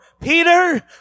Peter